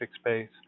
space